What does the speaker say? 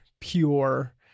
pure